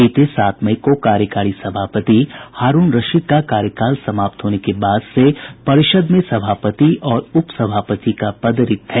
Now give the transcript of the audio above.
बीते सात मई को कार्यकारी सभापति हारूण रशीद का कार्यकाल समाप्त होने के बाद से परिषद में सभापति और उप सभापति का पद रिक्त है